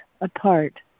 apart